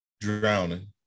drowning